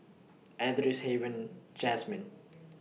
Edris Haven Jasmin